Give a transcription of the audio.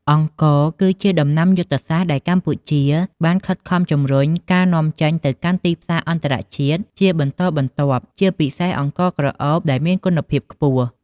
អង្ករ គឺជាដំណាំយុទ្ធសាស្ត្រដែលកម្ពុជាបានខិតខំជំរុញការនាំចេញទៅកាន់ទីផ្សារអន្តរជាតិជាបន្តបន្ទាប់ ជាពិសេសអង្ករក្រអូបដែលមានគុណភាពខ្ពស់។